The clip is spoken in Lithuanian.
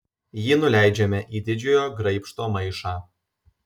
jį nuleidžiame į didžiojo graibšto maišą